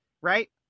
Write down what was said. right